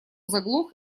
заглох